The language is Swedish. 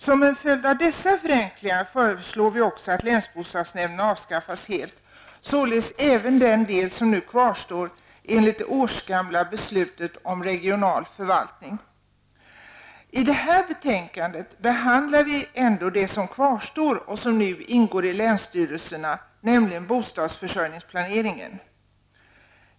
Som en följd av dessa förenklingar föreslår vi också att länsbostadsnämnderna skall avskaffas helt, således även den del som nu kvarstår enligt det årsgamla beslutet om regional förvaltning. I detta betänkande behandlar vi det som kvarstår och som ingår i länsstyrelserna, nämligen bostadsförsörjningsplaneringen.